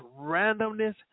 randomness